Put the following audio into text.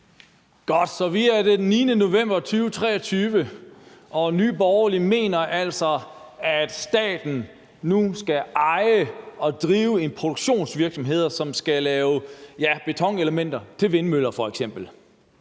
Godt. Så vi har den 9. november 2023, og Nye Borgerlige mener altså, at staten nu skal eje og drive en produktionsvirksomhed, som skal lave betonelementer til f.eks. vindmøller. Det er